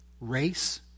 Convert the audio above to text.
race